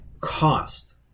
cost